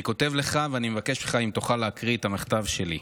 אני כותב לך ואני מבקש ממך אם תוכל להקריא את המכתב שלי.